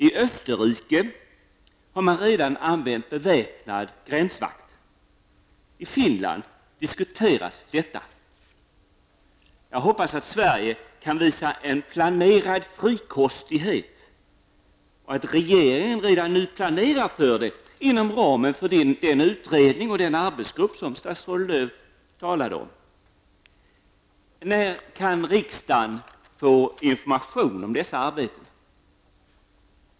I Österrike har man redan använt beväpnad gränsvakt. I Finland diskuteras detta. Jag hoppas att Sverige kan visa en planerad frikostighet, att regeringen redan nu planerar för sådant inom ramen för den utredning och den arbetsgrupp som statsrådet Lööw talade om. När kan riksdagen få information om dessa arbeten?